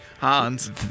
Hans